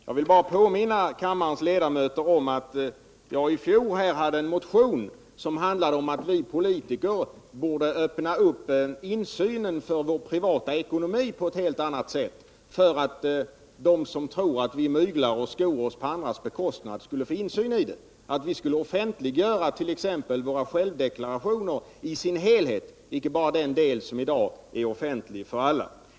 Jag vill bara påminna kammarens ledamöter om att jag i fjol hade en motion som gick ut på att vi politiker borde tillåta insyn i vår privata ekonomi på ett helt annat sätt än nu. Då skulle de som tror att vi myglar och skor oss på andras bekostnad kunna få insyn. Vi skulle offentliggöra t.ex. våra självdeklarationer i deras helhet, inte bara den del som i dag är offentlig för alla.